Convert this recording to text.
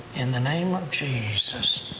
in the name of jesus.